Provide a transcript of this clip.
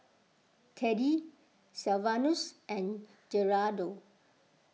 Teddy Sylvanus and Gerardo